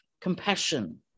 compassion